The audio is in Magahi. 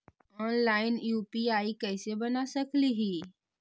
ऑनलाइन यु.पी.आई कैसे बना सकली ही?